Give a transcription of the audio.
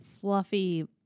fluffy